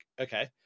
okay